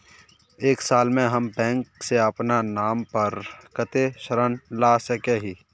एक साल में हम बैंक से अपना नाम पर कते ऋण ला सके हिय?